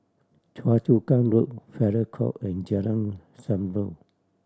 Choa Chu Kang Road Farrer Court and Jalan Zamrud